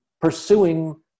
pursuing